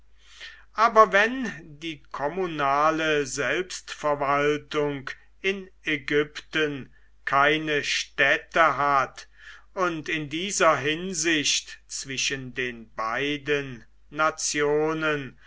aber wenn die kommunale selbstverwaltung in ägypten keine stätte hat und in dieser hinsicht zwischen den beiden nationen